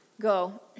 go